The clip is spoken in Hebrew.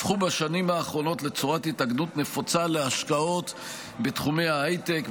הפכו בשנים האחרונות לצורת התאגדות נפוצה להשקעות בתחומי ההייטק,